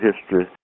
history